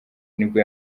nibwo